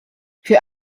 für